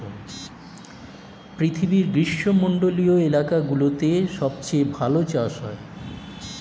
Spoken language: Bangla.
পৃথিবীর গ্রীষ্মমন্ডলীয় এলাকাগুলোতে সবচেয়ে ভালো চাষ হয়